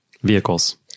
Vehicles